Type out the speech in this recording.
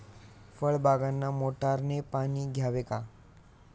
फळबागांना मोटारने पाणी द्यावे का?